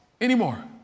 anymore